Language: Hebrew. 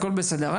הכול בסדר.